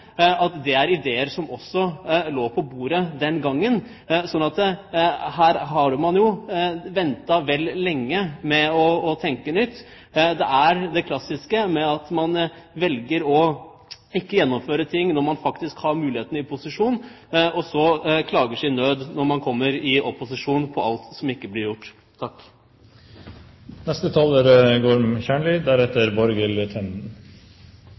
at det er ideer som også lå på bordet den gangen. Så her har man ventet vel lenge med å tenke nytt. Det er det klassiske: Man velger ikke å gjennomføre ting når man faktisk har muligheten og er i posisjon, og så klager man på alt som ikke blir gjort, når man kommer i opposisjon.